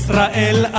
Israel